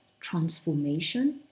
transformation